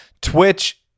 twitch